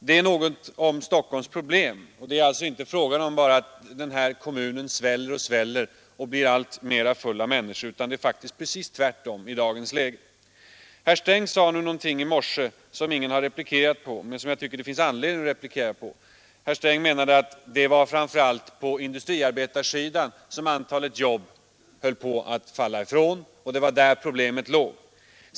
Det är något om Stockholmsproblemen. Det är alltså i dagens läge inte alls så att denna kommun sväller och blir alltmer fylld av människor utan precis tvärtom! Herr Sträng sade i morse något som jag tycker det finns anledning att replikera på, ehuru ingen ännu har gjort det. Han menade att det framför allt var på industriarbetarsidan som antalet jobb höll på att minska i Stockholm och att det var där problemen låg.